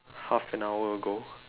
half an hour ago